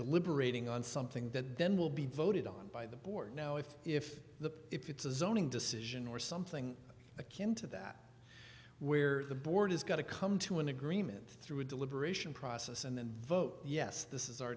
deliberating on something that then will be voted on by the board now if if the if it's a zoning decision or something akin to that where the board has got to come to an agreement through a deliberation process and then vote yes this is our